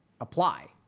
apply